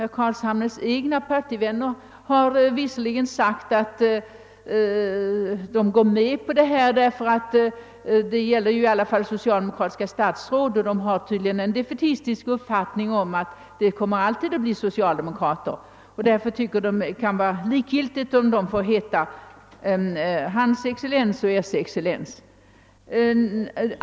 Herr Carlshamres egna partivänner har visserligen sagt att de går med på det därför att det i alla fall gäller socialdemokra tiska statsråd. De har tydligen den defaitistiska uppfattningen att det alltid kommer att bli socialdemokrater i regeringen. Därför tycker de det är likgiltigt om man bevarar Hans Excellens och Ers Excellens eller ej.